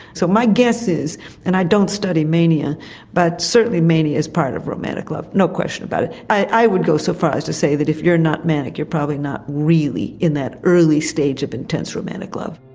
so my guess is and i don't study mania but certainly mania is part of romantic love no question about it i would go so far as to say that if you're not manic you're probably not really in that early stage of intense romantic love.